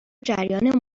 جریان